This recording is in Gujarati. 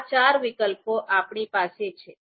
આ ચાર વિકલ્પો આપણી પાસે છે